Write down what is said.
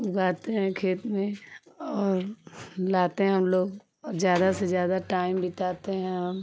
उगाते हैं खेत में और लाते हैं हम लोग और ज़्यादा से ज़्यादा टाइम बिताते हैं हम